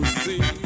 see